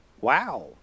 Wow